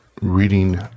reading